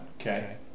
Okay